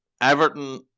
Everton